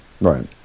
Right